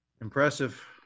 Impressive